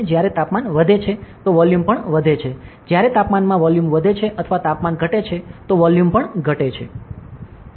જ્યારે તાપમાન વધે છે વોલ્યુમ પણ વધે છે જ્યારે તાપમાનમાં વોલ્યુમ વધે છે અથવા તાપમાન ઘટે છે વોલ્યુમ ઘટે છે